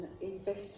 invest